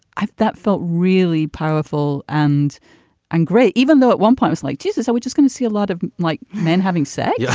that felt really powerful and and great, even though at one point was like jesus. so we just got to see a lot of like men having said yeah